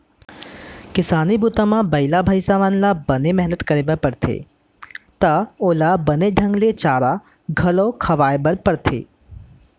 किसानी बूता म बइला भईंसा मन ल बने मेहनत करे बर परथे त ओला बने ढंग ले चारा घलौ खवाए बर परथे